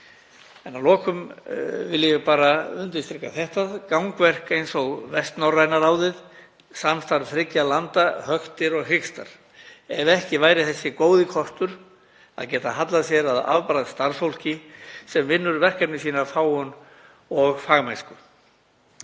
Að lokum vil ég bara undirstrika þetta: Gangverk eins og Vestnorræna ráðið, samstarf þriggja landa, höktir og hikstar ef ekki væri sá góði kostur að geta hallað sér að afbragðsstarfsfólki sem vinnur verkefni sín af fágun og fagmennsku.